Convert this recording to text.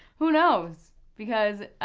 who knows because,